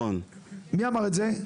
מי אמר את זה?